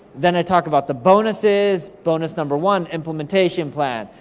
then i talk about the bonuses. bonus number one, implementation plan.